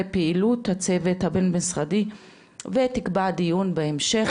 פעילות הצוות הבין משרדי ותקבע דיון בהמשך,